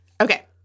Okay